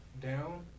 down